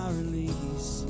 release